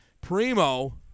Primo